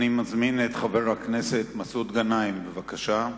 אני מזמין את חבר הכנסת מסעוד גנאים, בבקשה.